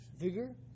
Vigor